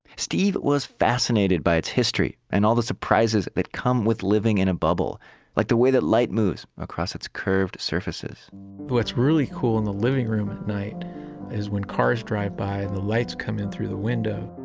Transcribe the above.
steve was fascinated by its history and all the surprises that come with living in a bubble like the way that light moves across its curved surfaces what's really cool in and the living room at night is when cars drive by and the lights come in through the window.